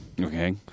Okay